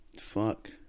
fuck